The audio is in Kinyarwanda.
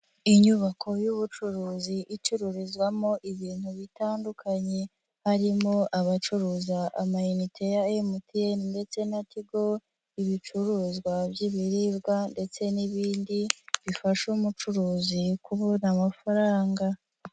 Inyubako y'ubucuruzi icururizwamo ibintu bitandukanye, harimo abacuruza amayinite ya MTN ndetse na Tigo, ibicuruzwa by'ibiribwa ndetse n'ibindi bifasha umucuruzi kubona amafaranga.